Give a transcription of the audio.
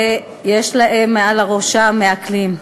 ויש להם מעל ראשם מעקלים.